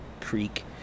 creek